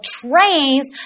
trains